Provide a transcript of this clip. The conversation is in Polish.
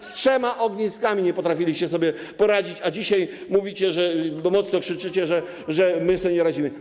Z trzema ogniskami nie potrafiliście sobie poradzić, a dzisiaj mówicie, głośno krzyczycie, że my sobie nie radzimy.